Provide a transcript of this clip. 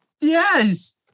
Yes